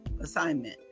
assignment